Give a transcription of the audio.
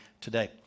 today